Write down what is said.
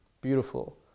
beautiful